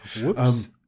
whoops